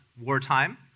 wartime